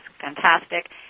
fantastic